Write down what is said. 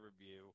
review